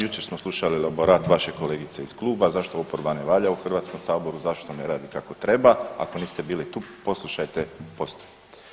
Jučer smo slušali elaborat vaše kolegice iz kluba zašto oporba ne valja u Hrvatskom saboru, zašto ne radi kako treba, ako niste bili tu poslušajte poslije.